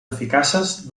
eficaces